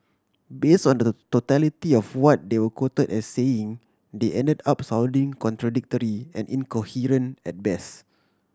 base on the totality of what they were quote as saying they ended up sounding contradictory and incoherent at best